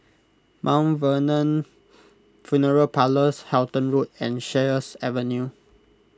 Mount Vernon funeral Parlours Halton Road and Sheares Avenue